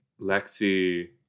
Lexi